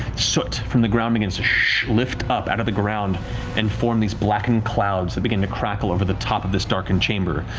soot from the ground begins to lift up out of the ground and form these blackened clouds that begin to crackle over the top of this darkened chamber.